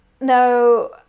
no